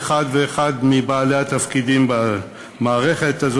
בעד, 31, אין מתנגדים, אין נמנעים.